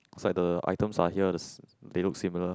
is like the items are here's they look similar